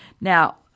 Now